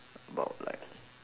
about like